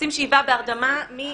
עושים שאיבה בהרדמה מלמטה,